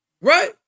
Right